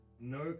No